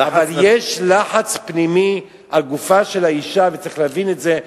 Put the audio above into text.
אבל יש לחץ פנימי על גופה של האשה וצריך להבין את זה.